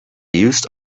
used